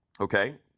Okay